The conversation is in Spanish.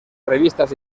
revistas